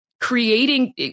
creating